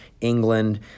England